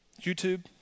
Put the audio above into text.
YouTube